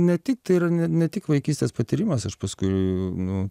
ne tik tai yra ne ne tik vaikystės patyrimas aš paskui nu